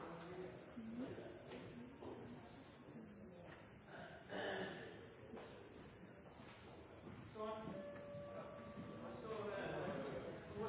kan se